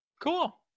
Cool